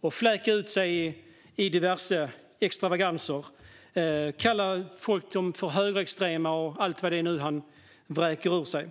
och fläka ut sig i diverse extravaganser. Han kallar folk för högerextrema och allt vad det nu är han vräker ur sig.